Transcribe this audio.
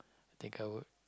think I would